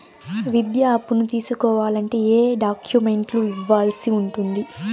విద్యా అప్పును తీసుకోవాలంటే ఏ ఏ డాక్యుమెంట్లు ఇవ్వాల్సి ఉంటుంది